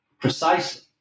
precisely